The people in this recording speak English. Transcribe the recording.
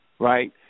Right